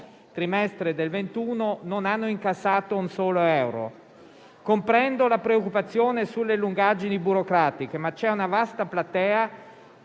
trimestre del 2021 non hanno incassato un solo euro. Comprendo la preoccupazione sulle lungaggini burocratiche, ma c'è una vasta platea